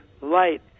light